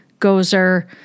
Gozer